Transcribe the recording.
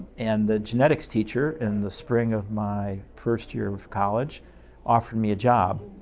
and, the genetics teacher in the spring of my first year of of college offered me a job.